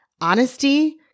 honesty